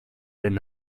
and